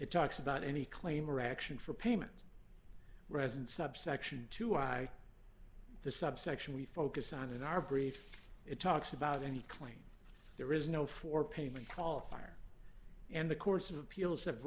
it talks about any claim or action for payment resident subsection to i the subsection we focus on in our brief it talks about any claim there is no for payment call fire and the course of appeals have